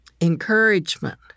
encouragement